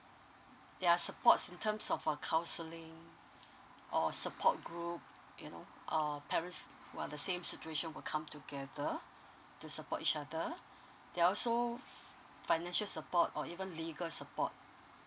ya supports in terms of a counselling or support group you know or parents who are the same situation will come together to support each other there also financial support or even legal support